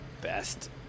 best